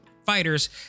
fighters